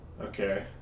okay